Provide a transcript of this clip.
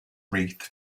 wreath